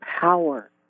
power